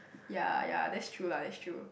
ya ya that's true lah that's true